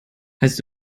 heißt